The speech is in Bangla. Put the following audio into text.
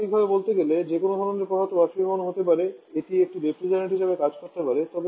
তাত্ত্বিকভাবে বলতে গেলে যে কোনও ধরণের পদার্থ বাষ্পীভবন হতে পারে এটি একটি রেফ্রিজারেন্ট হিসাবে কাজ করতে পারে